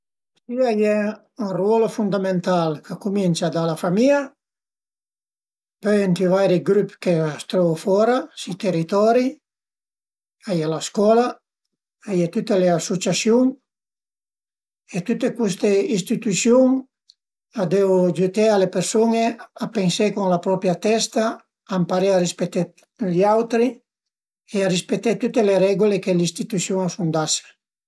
Si a ie ün ruolo fundamental ch'a cumincia da la famìa, pöi ënt i vari grüp che a s'trövu fora, sü i territori, a ie la scola, a ie tüte le asuciasiun e tüte custe istitüsiun a devu giüté a le persun-e a pensé cun la propria testa, a ëmparé a rispeté gli autri e a rispeté tüte le regula che le insitüsiun a sun dase